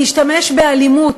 להשתמש באלימות,